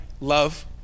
love